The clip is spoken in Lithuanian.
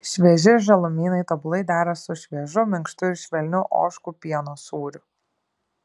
švieži žalumynai tobulai dera su šviežiu minkštu ir švelniu ožkų pieno sūriu